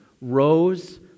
rose